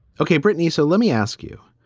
ok. brittany so let me ask you,